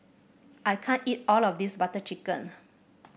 I can't eat all of this Butter Chicken